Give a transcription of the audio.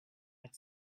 had